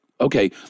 okay